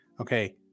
Okay